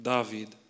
David